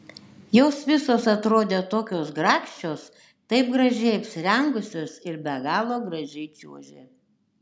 jos visos atrodė tokios grakščios taip gražiai apsirengusios ir be galo gražiai čiuožė